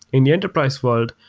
in the enterprise world,